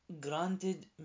granted